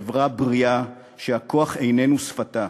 חברה בריאה שהכוח איננו שפתה,